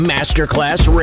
Masterclass